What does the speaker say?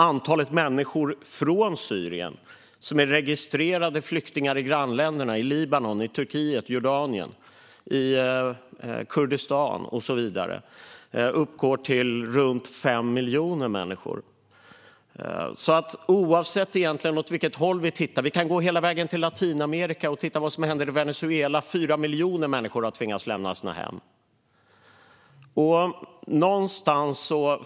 Antalet människor från Syrien som är registrerade flyktingar i grannländerna - Libanon, Turkiet, Jordanien, Kurdistan och så vidare - uppgår till runt 5 miljoner. Det spelar egentligen ingen roll åt vilket håll vi tittar. Vi kan gå hela vägen till Latinamerika och titta på vad som händer i Venezuela. Där har 4 miljoner människor tvingats lämna sina hem.